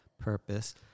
purpose